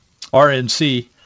RNC